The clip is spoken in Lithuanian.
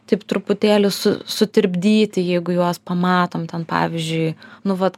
taip truputėlį su sutirpdyti jeigu juos pamatom ten pavyzdžiui nu vat